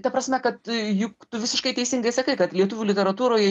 ta prasme kad juk tu visiškai teisingai sakai kad lietuvių literatūroj